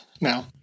now